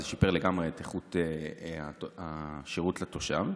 זה שיפר לגמרי את איכות השירות לתושב.